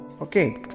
Okay